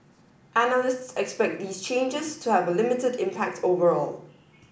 analysts expect these changes to have a limited impact overall